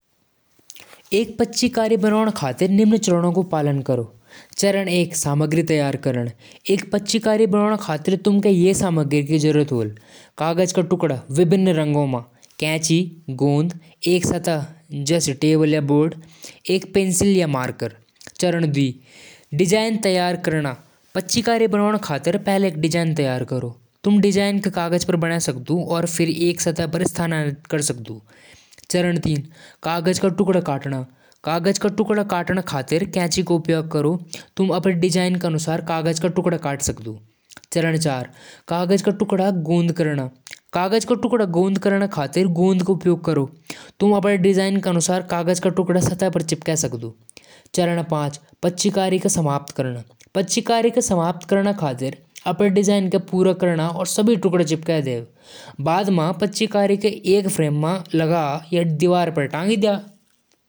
फलों क स्मूदी बनाण क लिए केला, आम, स्ट्रॉबेरी जैसौ फल ल्यू। फल छीलकु छोटे-छोटे टुकड़ा म काटदु। मिक्सर म फल, दूध और थोड़ी चीनी या शहद डालदु। अगर ठंडा स्मूदी चाहि, त बर्फ के टुकड़ा डालदु। मिक्सर म पीसदु और स्मूदी तैयार होलु। ठंडा-ठंडा ग्लास म डालकु परोसदु।